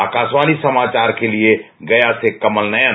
आकाशवाणी समाचार के लिए गया से कमल नयन